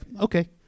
okay